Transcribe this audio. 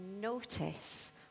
notice